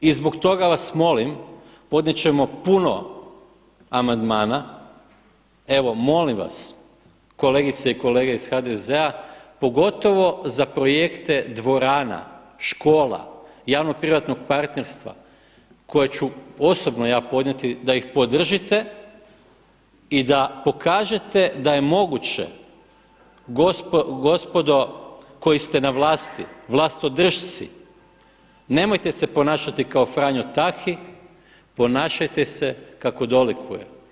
I zbog toga vas molim podnijet ćemo puno amandmana, evo molim vas kolegice i kolege iz HDZ-a pogotovo za projekte dvorana, škola, javno privatnog partnerstva koje ću osobno ja podnijeti da ih podržite i da pokažete da je mogući gospodo koji ste na vlasti, vlastodršci nemojte se ponašati kao Franjo Tahi, ponašajte se kako dolikuje.